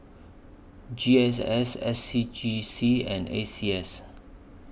G S S S C G C and A C S